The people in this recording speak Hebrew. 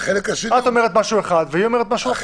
את אומרת משהו אחד, היא אומרת משהו אחר.